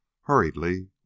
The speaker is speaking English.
hurriedly